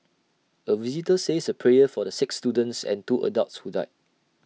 A visitor says A prayer for the six students and two adults who died